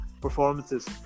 performances